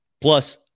plus